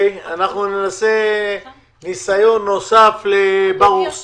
נעשה ניסיון נוסף לדבר עם ברוך